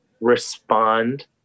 respond